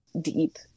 deep